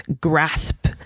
grasp